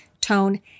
tone